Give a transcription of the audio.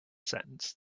sentence